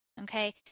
Okay